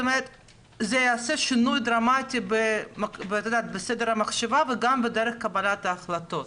זה יעשה שינוי דרמטי בסדר המחשבה וגם בדרך קבלת ההחלטות.